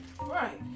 Right